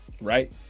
Right